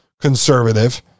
conservative